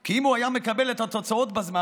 כי אם היה מקבל את התוצאות בזמן,